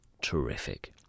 terrific